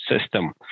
system